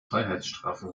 freiheitsstrafen